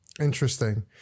Interesting